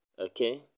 okay